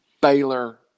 Baylor